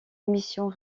émissions